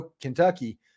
Kentucky